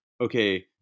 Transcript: okay